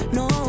no